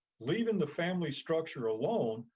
leaving the family structure alone,